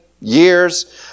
years